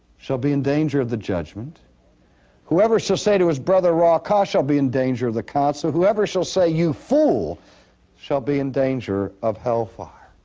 shall be in danger of the judgment whoever shall say to his brother ah raca shall be in danger of the council whoever shall say you fool shall be in danger of hellfire.